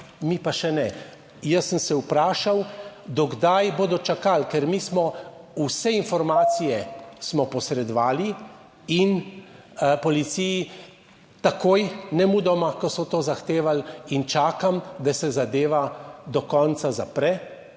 mi pa še ne. Jaz sem se vprašal, do kdaj bodo čakali, ker mi smo vse informacije smo posredovali in policiji takoj, nemudoma, ko so to zahtevali, in čakam, da se zadeva do konca zapre,